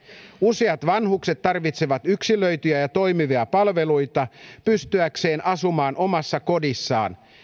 useat vanhukset tarvitsevat yksilöityjä ja toimivia palveluita pystyäkseen asumaan omassa kodissaan